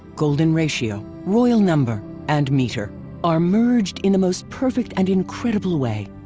golden ratio, royal number and meter are merged in the most perfect and incredible way.